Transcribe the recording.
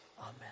Amen